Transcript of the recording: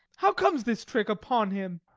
how comes this trick upon him?